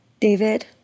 David